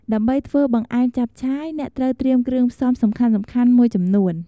ដើម្បីធ្វើបង្អែមចាប់ឆាយ អ្នកត្រូវត្រៀមគ្រឿងផ្សំសំខាន់ៗមួយចំនួន។